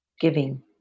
giving